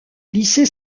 lycée